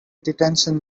detention